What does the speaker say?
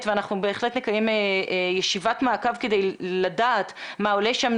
ואנחנו בהחלט נקיים ישיבת מעקב כדי לדעת מה עולה שם.